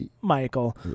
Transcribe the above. Michael